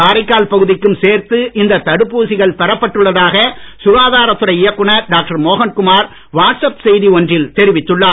காரைக்கால் பகுதிக்கும் சேர்த்து இந்த தடுப்பூசிகள் பெறப்பட்டுள்ளதாக சுகாதாரத்துறை இயக்குநர் டாக்டர் மோகன் குமார் வாட்ஸ் ஆப் செய்தி ஒன்றில் தெரிவித்துள்ளார்